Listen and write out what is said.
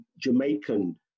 Jamaican